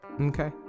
okay